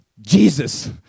Jesus